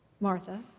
Martha